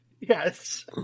Yes